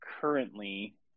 currently